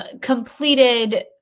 completed